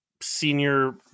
senior